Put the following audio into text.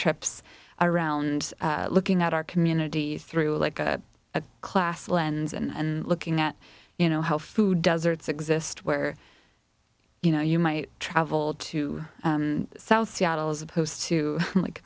trips around looking at our community through like a class lens and looking at you know health food deserts exist where you know you might travel to south seattle as opposed to like